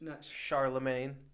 Charlemagne